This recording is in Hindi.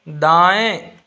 दाएं